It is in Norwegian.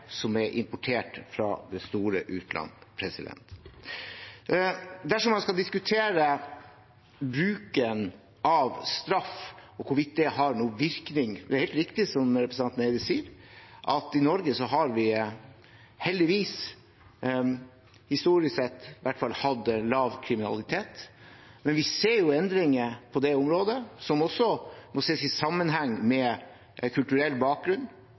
som er importert fra det store utland. Dersom man skal diskutere bruken av straff og hvorvidt det har noen virkning, er det helt riktig som representanten Eide sier, at i Norge har vi heldigvis, i hvert fall historisk sett, hatt lite kriminalitet. Men vi ser endringer på det området som også må ses i sammenheng med kulturell bakgrunn.